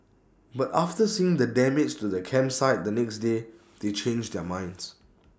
but after seeing the damage to the campsite the next day they changed their minds